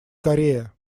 корея